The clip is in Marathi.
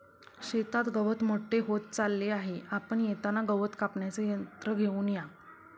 शेतात गवत मोठे होत चालले आहे, आपण येताना गवत कापण्याचे यंत्र घेऊन या